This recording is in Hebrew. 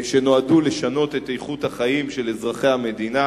שנועדו לשנות את איכות החיים של אזרחי המדינה,